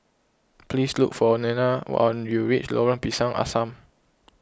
please look for Nena when you reach Lorong Pisang Asam